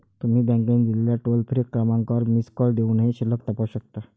तुम्ही बँकेने दिलेल्या टोल फ्री क्रमांकावर मिस कॉल देऊनही शिल्लक तपासू शकता